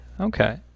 Okay